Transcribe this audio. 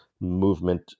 movement